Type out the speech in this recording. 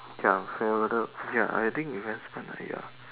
ya see whether ya I think events quite nice ya